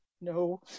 no